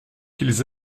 qu’ils